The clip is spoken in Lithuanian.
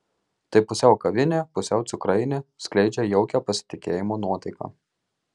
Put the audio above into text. tai pusiau kavinė pusiau cukrainė skleidžia jaukią pasitikėjimo nuotaiką